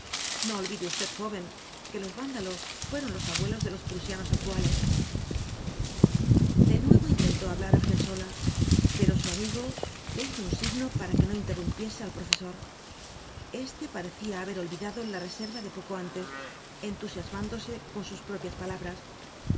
no olvide usted joven que los vándalos fueron los abuelos de los prusianos actuales de nuevo intentó hablar argensola pero su amigo le hizo un signo para que no interrumpiese al profesor este parecía haber olvidado la reserva de poco antes entusiasmándose con sus propias palabras